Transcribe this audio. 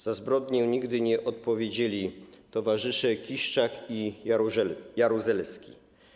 Za zbrodnie nigdy nie odpowiedzieli towarzysze Kiszczak i Jaruzelski.